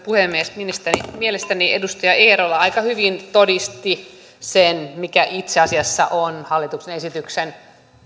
puhemies mielestäni edustaja eerola aika hyvin todisti sen mikä itse asiassa on hallituksen esityksen